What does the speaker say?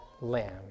lamb